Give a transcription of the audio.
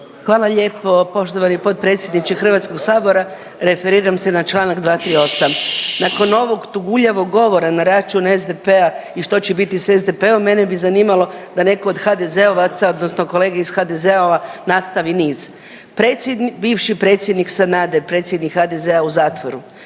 Hvala lijepo poštovani potpredsjedniče Hrvatskog sabora. Referiram se na čl. 238. Nakon ovog tuguljavog govora na račun SDP-a i što će biti s SDP-om, mene bi zanimalo da netko od HDZ-ovaca odnosno kolega iz HDZ-a nastavi niz. Bivši predsjednik Sanader, predsjednik HDZ-a u zatvoru,